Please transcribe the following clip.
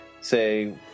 say